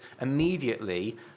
immediately